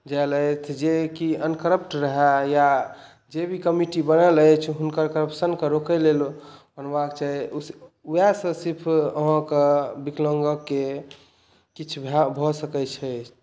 जायलथि जे कि अनकरप्ट रहए या जे भी कमिटी बनल अछि हुनकर करप्शनके रोकय लेल बनबाक छै उएहसँ सिर्फ अहाँकेँ विकलाङ्गके किछु भऽ सकैत छै